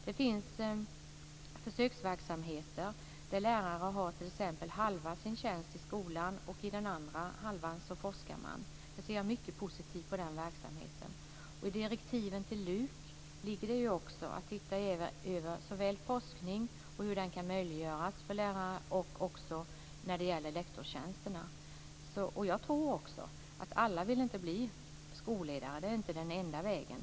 Det finns försöksverksamheter där lärare t.ex. har halva sin tjänst i skolan och forskar i den andra halvan. Jag ser mycket positivt på den verksamheten. I direktiven till LUK ligger att se över hur forskning kan möjliggöras för såväl lärare som för lektorstjänsterna. Jag tror inte att alla vill bli skolledare. Det är inte den enda vägen.